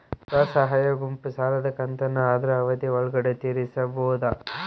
ಸ್ವಸಹಾಯ ಗುಂಪು ಸಾಲದ ಕಂತನ್ನ ಆದ್ರ ಅವಧಿ ಒಳ್ಗಡೆ ತೇರಿಸಬೋದ?